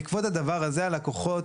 בעקבות הדבר הזה הלקוחות,